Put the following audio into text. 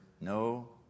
no